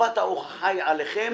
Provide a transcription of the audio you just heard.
חובת ההוכחה היא עליכם.